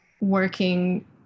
working